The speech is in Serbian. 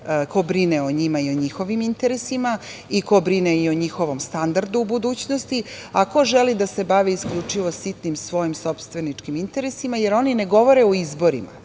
ko brine o njima i njihovim interesima i ko brine o njihovom standardu u budućnosti, a ko želi da se bavi isključivo sitnim svojim sopstveničkim interesima. Dakle, oni ne govore o izborima,